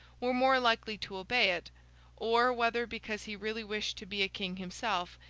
were more likely to obey it or whether because he really wished to be a king himself,